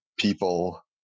people